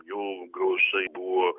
jų gausa buvo